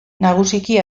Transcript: nagusiki